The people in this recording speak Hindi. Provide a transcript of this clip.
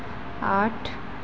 आठ